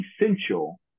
essential